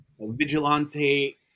vigilante